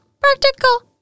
practical